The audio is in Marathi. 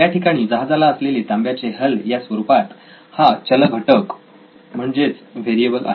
याठिकाणी जहाजाला असलेले तांब्याचे हल या स्वरूपात हा चल घटक म्हणजेच व्हेरिएबल आहे